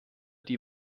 die